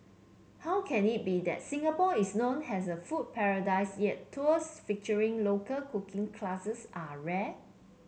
how can it be that Singapore is known as a food paradise yet tours featuring local cooking classes are rare